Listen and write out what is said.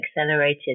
accelerated